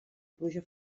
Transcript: pluja